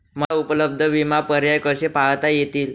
मला उपलब्ध विमा पर्याय कसे पाहता येतील?